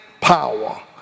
power